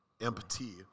empty